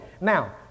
Now